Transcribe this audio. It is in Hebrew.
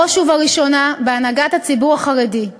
בראש ובראשונה בהנהגת הציבור החרדי.